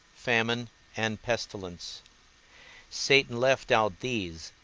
famine and pestilence satan left out these,